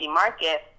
market